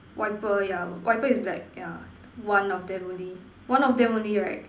wiper ya wiper is black ya one of them only one of them only right